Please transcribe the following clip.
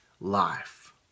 life